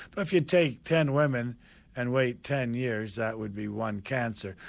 but if you take ten women and wait ten years, that would be one cancer,